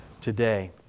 today